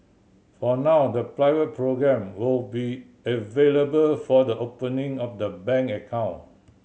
for now the pilot programme will be available for the opening of the bank account